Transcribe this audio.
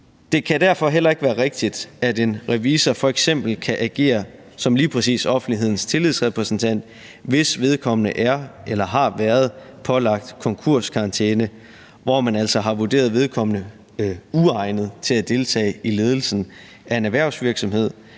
Det kan derfor heller ikke være rigtigt, at en revisor f.eks. kan agere som lige præcis offentlighedens tillidsrepræsentant, hvis vedkommende er eller har været pålagt konkurskarantæne, hvor man altså har vurderet vedkommende uegnet til at deltage i ledelsen af en erhvervsvirksomhed